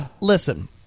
Listen